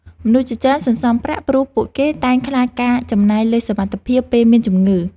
មនុស្សជាច្រើនសន្សុំប្រាក់ព្រោះពួកគេតែងខ្លាចការចំណាយលើសសមត្ថភាពពេលមានជំងឺ។